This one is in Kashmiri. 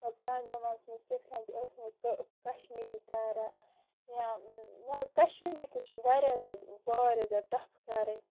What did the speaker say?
مطلب پرانہِ زمانس منٛز ٲسۍ نہٕ کشمیٖری کران یا مطلب کشمیٖری تہِ چھُ واریاہ زیادٕ واریاہ زیادٕ ٹف کرٕنۍ